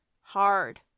hard